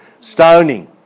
Stoning